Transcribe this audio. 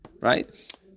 right